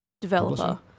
developer